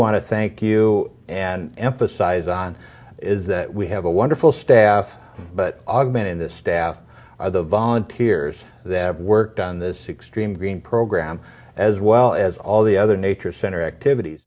want to thank you and emphasize on is that we have a wonderful staff but augment in this staff are the volunteers that have worked on this extreme green program as well as all the other nature center activities